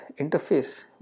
interface